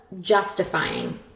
justifying